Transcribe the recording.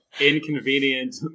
inconvenient